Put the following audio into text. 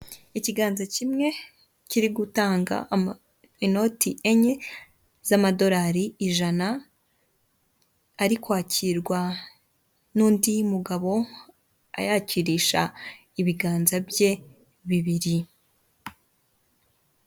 Ikiganza kimwe kiri gutanga inoti enye z'amadolari ijana ari kwakirwa n'undi mugabo ayakirisha ibiganza bye bibiri.